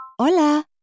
Hola